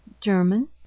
German